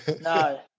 No